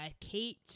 Kate